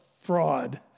fraud